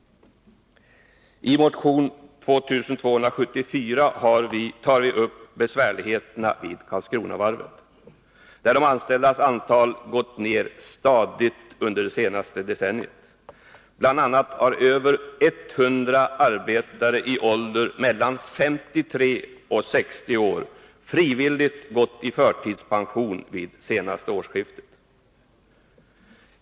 I motion 2274 tar vi upp besvärligheterna vid Karlskronavarvet, där de anställdas antal gått ner stadigt under det senaste decenniet. Bl. a. har över 100 arbetare i åldrar mellan 53 och 60 år frivilligt gått i förtidspension vid det senaste årsskiftet.